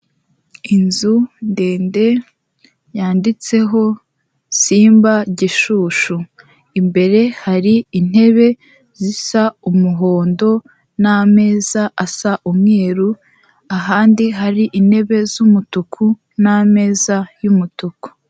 Inzu ndende yanditseho simba gishushu imbere hari intebe zisa umuhondo n'meza asa umweru ahandi hari intebe z'umutuku n'ameza y'umutuku.